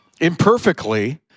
imperfectly